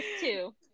two